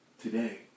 today